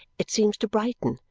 it seems to brighten.